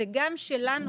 וגם לנו,